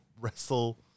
wrestle